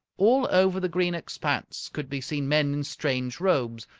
all over the green expanse could be seen men in strange robes,